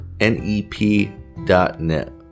nep.net